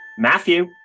Matthew